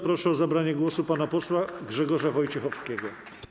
Proszę o zabranie głosu pana posła Grzegorza Wojciechowskiego.